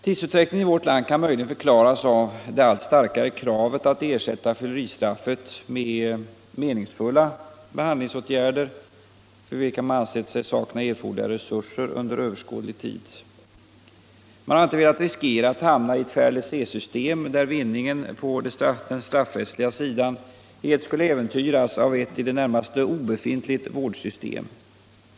Tidsutdräkten i vårt lund kan möjligen förklaras av det allt starkare kravet att ersätta fylleristraffet med meningsfulla behandlingsåtgärder, för vilka man ansett sig sakna erforderliga resurser under överskådlig tid. Man har inte velat riskera att hamna i ett laissez-faire-system, där vinningen på den straffrättsliga sidan helt skulle äventyras av eu I det närmaste obefintligt vårdsystem.